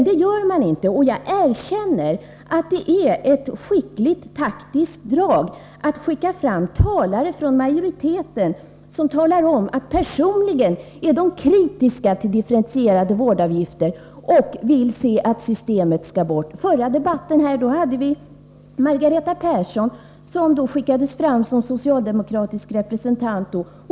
Det gör man inte, och jag erkänner att det är ett skickligt taktiskt drag att skicka fram talare från majoriteten som säger att de personligen är kritiska till differentierade vårdavgifter och vill se att det systemet avskaffas. Under den förra debatten i den här frågan var det Margareta Persson som skickades fram som socialdemokratisk representant.